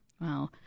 Wow